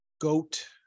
Goat